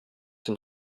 den